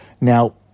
Now